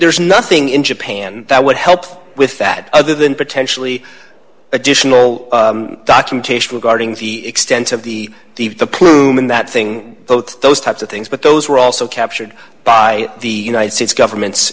there's nothing in japan that would help with that other than potentially additional documentation regarding the extent of the dave the plume in that thing both those types of things but those were also captured by the united states government's